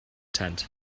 tent